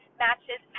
matches